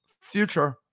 future